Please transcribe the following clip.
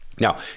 Now